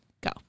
Go